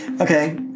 Okay